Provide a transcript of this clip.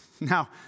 Now